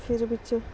फिर बिच्च